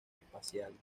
espaciales